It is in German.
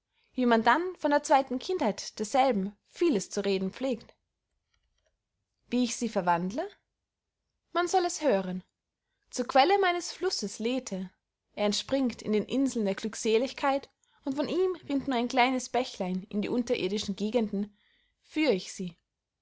wie man dann von der zweyten kindheit derselben vieles zu reden pflegt wie ich sie verwandle man soll es hören zur quelle meines flusses lethe er entspringt in den inseln der glückseligkeit und von ihm rinnt nur ein kleines bächlein in die unterirdischen gegenden führ ich sie